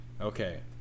Okay